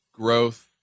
growth